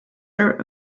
her